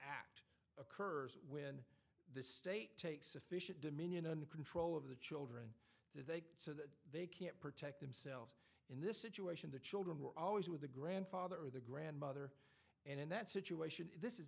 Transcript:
act occurs when the state takes sufficient dominion and control of the children they so that they can't protect themselves in this situation the children were always with the grandfather or the grandmother and in that situation this is